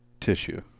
tissue